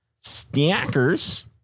stackers